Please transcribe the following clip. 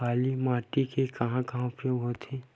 काली माटी के कहां कहा उपयोग होथे?